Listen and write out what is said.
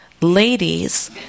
ladies